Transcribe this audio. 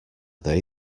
they